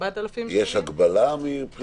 יש הגבלה?